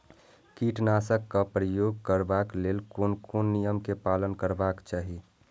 कीटनाशक क प्रयोग करबाक लेल कोन कोन नियम के पालन करबाक चाही?